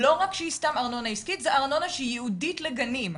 לא רק שהיא סתם ארנונה עסקית אלא זו ארנונה שהיא ייעודית לגנים.